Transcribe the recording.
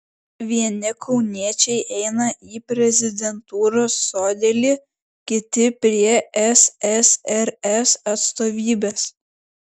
vieni kauniečiai eina į prezidentūros sodelį kiti prie ssrs atstovybės